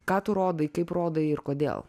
ką tu rodai kaip rodai ir kodėl